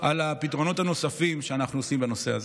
על הפתרונות הנוספים שאנחנו עושים בנושא הזה.